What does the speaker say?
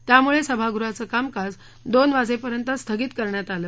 त्यामुळे सभागृहाचं कामकाज दोन वाजेपर्यंत स्थगित करण्यात आलं